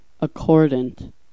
Accordant